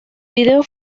video